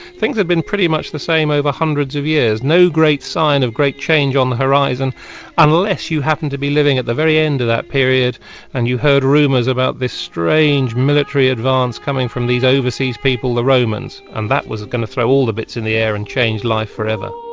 things had been pretty much the same over hundreds of years no great sign of any great change on the horizon unless you happen to be living at the very end of that period and you heard rumours about this strange military advance coming from these overseas people the romans, and that was going to throw all the bits in the air and change life forever.